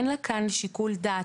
אין לה כאן שיקול דעת.